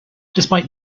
despite